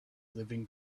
living